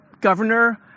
governor